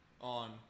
on